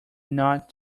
not